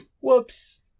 Whoops